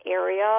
area